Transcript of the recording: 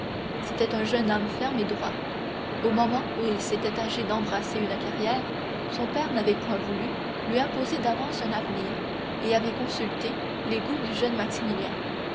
c'était un jeune homme ferme et droit au moment où il s'était agi d'embrasser une carrière son père n'avait point voulu lui imposer d'avance un avenir et avait consulté les goûts du jeune maximilien